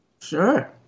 Sure